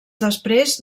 després